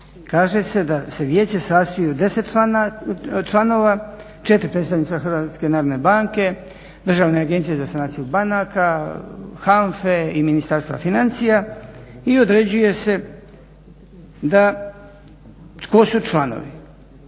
kaže se da se Vijeće sastoji od 10 članova, 4 predstavnika Hrvatske narodne banke, Državne agencije za sanaciju banaka, HANFA-e i Ministarstva financija i određuje se da tko su članovi,